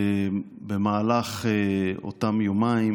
במהלך אותם יומיים